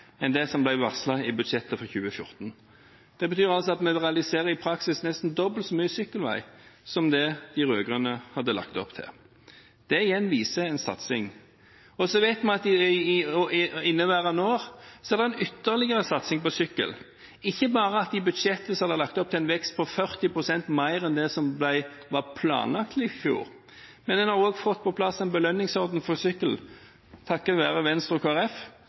enn det som ble varslet i budsjettet for 2014. Det betyr altså at vi i praksis realiserer nesten dobbelt så mye sykkelvei som det de rød-grønne hadde lagt opp til. Det igjen viser en satsing. Så vet vi at det i inneværende år er en ytterligere satsing på sykkel, ikke bare at det i budsjettet var lagt opp til en vekst på 40 pst. mer enn det som var planlagt i fjor, men en har også fått på plass en belønningsordning for sykkel, takket være Venstre og